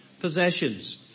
possessions